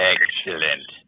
Excellent